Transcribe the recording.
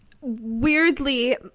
weirdly